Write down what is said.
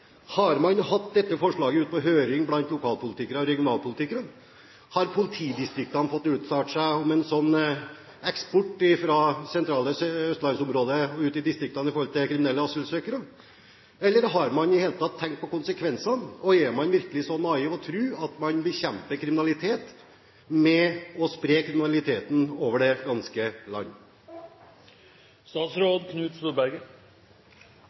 Har man hatt dette forslaget ute på høring blant lokalpolitikere og regionalpolitikere? Har politidistriktene fått uttale seg om en slik eksport av kriminelle asylsøkere fra det sentrale østlandsområdet og ut i distriktene? Eller: Har man i det hele tatt tenkt på konsekvensene? Er man virkelig så naiv og tror at man bekjemper kriminalitet ved å spre kriminaliteten over det ganske land?